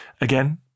Again